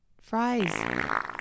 fries